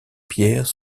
pierres